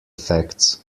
effects